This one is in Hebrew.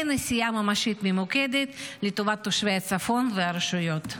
אין עשייה ממשית ממוקדת לטובת תושבי הצפון והרשויות.